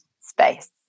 space